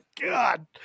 god